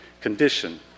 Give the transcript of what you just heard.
condition